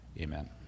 Amen